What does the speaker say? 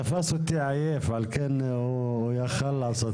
כדי שהפסולת שלנו לא תוטמן אנחנו צריכים להבין שזה יעלה יותר.